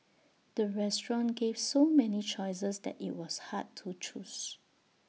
the restaurant gave so many choices that IT was hard to choose